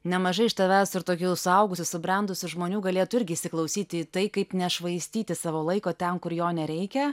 nemažai iš tavęs ir tokių suaugusių subrendusių žmonių galėtų irgi įsiklausyti į tai kaip nešvaistyti savo laiko ten kur jo nereikia